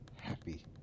happy